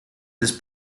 les